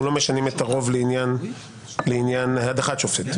לא משנים את הרוב לעניין הדחת שופט.